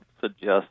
suggest